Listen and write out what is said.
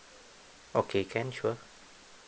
okay can sure